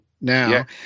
now